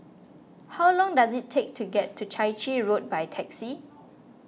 how long does it take to get to Chai Chee Road by taxi